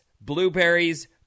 blueberries